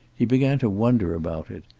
he began to wonder about it.